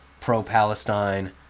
pro-Palestine